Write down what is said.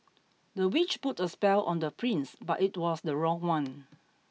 the witch put a spell on the prince but it was the wrong one